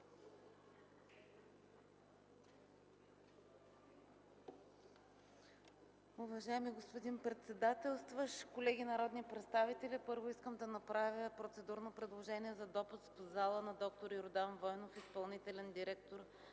Уважаеми господин председателстващ, колеги народни представители! Първо искам да направя процедурно предложение за допуск в залата на д р Йордан Войнов – изпълнителен директор